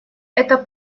это